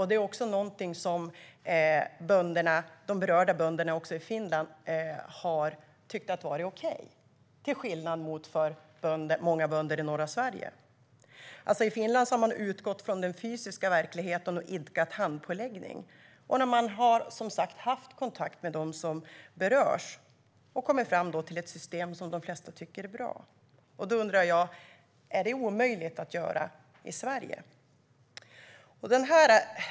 Det är någonting som också de berörda bönderna i Finland har tyckt är okej, till skillnad mot många bönder i norra Sverige. I Finland har man utgått från den fysiska verkligheten och idkat handpåläggning när man har haft kontakt med dem som berörts och kommit fram till ett system som de flesta tycker är bra. Jag undrar om detta är omöjligt att göra i Sverige.